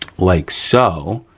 like so,